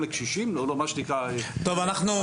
(היו"ר רון כץ) רשמנו את זה.